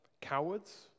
cowards